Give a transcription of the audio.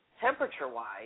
temperature-wise